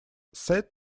sad